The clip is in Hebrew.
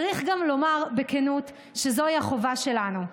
צריך גם לומר בכנות שזוהי החובה שלנו,